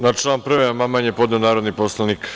Na član 1. amandman je podneo narodni poslanik